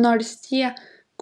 nors tie